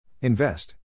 Invest